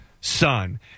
son